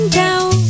down